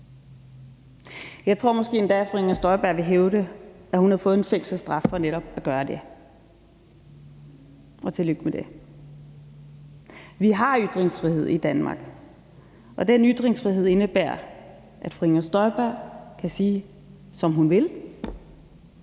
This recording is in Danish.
Jeg tror måske endda, fru Inger Støjberg vil hævde, at hun har fået en fængselsstraf for netop at gøre det – og tillykke med det. Vi har ytringsfrihed i Danmark, og den ytringsfrihed indebærer, at fru Inger Støjberg kan sige, hvad hun vil,